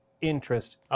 interest